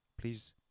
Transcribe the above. Please